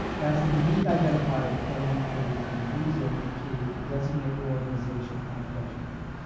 that's the unique identifier that federal employees will be using to designate your organization on a pledge form.